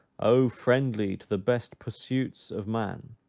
o friendly to the best pursuits of man,